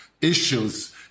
issues